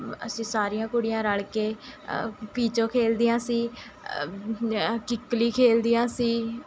ਅਸੀਂ ਸਾਰੀਆਂ ਕੁੜੀਆਂ ਰਲ਼ ਕੇ ਪੀਚੋ ਖੇਡਦੀਆਂ ਸੀ ਕਿੱਕਲੀ ਖੇਡਦੀਆਂ ਸੀ